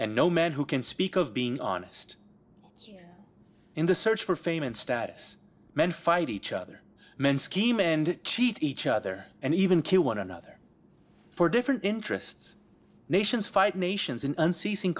and no man who can speak of being honest in the search for fame and status men fight each other men scheme and cheat each other and even kill one another for different interests nations fight nations